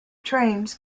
trains